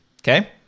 Okay